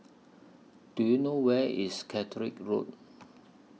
Do YOU know Where IS Caterick Road